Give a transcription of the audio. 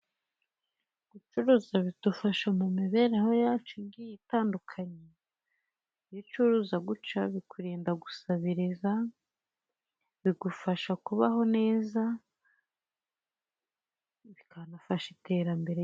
Gucuruza bidufasha mu mibereho yacu igiye itandukanye, iyo ucuruza gutya bikurinda gusabiriza, bigufasha kubaho neza, bikanafasha iterambere.